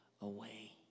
away